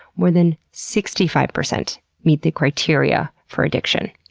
more than sixty five percent meet the criteria for addiction.